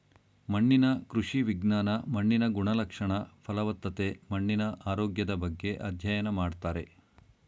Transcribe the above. ಮಣ್ಣಿನ ಕೃಷಿ ವಿಜ್ಞಾನ ಮಣ್ಣಿನ ಗುಣಲಕ್ಷಣ, ಫಲವತ್ತತೆ, ಮಣ್ಣಿನ ಆರೋಗ್ಯದ ಬಗ್ಗೆ ಅಧ್ಯಯನ ಮಾಡ್ತಾರೆ